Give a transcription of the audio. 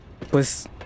pues